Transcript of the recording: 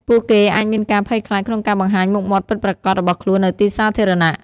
ពួកគេអាចមានការភ័យខ្លាចក្នុងការបង្ហាញមុខមាត់ពិតប្រាកដរបស់ខ្លួននៅទីសាធារណៈ។